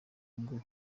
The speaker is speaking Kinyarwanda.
ngo